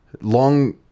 long